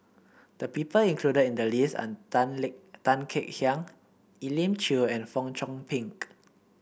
the people included in the list are Tan Tan Kek Hiang Elim Chew and Fong Chong Pik